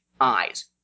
eyes